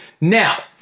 Now